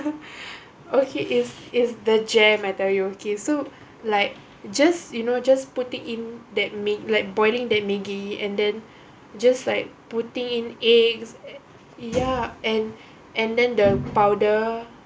okay is is the jam I tell you okay so like just you know just putting in that mag~ like boiling the maggie and then just like putting in eggs ya and and then the powder